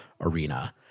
Arena